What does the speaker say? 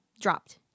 dropped